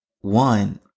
one